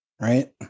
Right